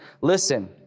Listen